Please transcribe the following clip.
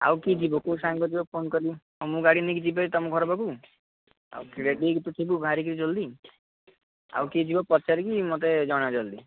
ଆଉ କିଏ ଯିବ କେଉଁ ସାଙ୍ଗ ଯିବ ଫୋନ୍ କରେନା ହଁ ମୁଁ ଗାଡ଼ି ନେଇକି ଯିବି ତମ ଘର ପାଖକୁ ଆଉ ରେଡ଼ି ହେଇକି ତୁ ଥିବୁ ବାହାରିକରି ଜଲଦି ଆଉ କିଏ ଯିବ ପଚାରିକି ମୋତେ ଜଣା ଜଲଦି